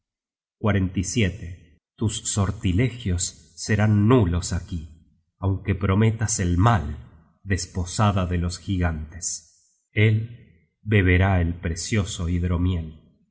perdicion tus sortilegios serán nulos aquí aunque prometas el mal desposada de los gigantes el beberá el precioso hidromiel